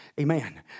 Amen